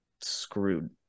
Screwed